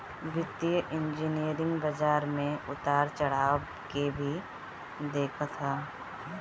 वित्तीय इंजनियरिंग बाजार में उतार चढ़ाव के भी देखत हअ